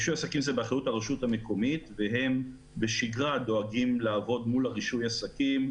באחריות הרשות המקומית ובשגרה הם דואגים לעבוד מול העסקים.